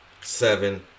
seven